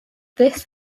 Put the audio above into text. this